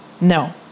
No